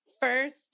First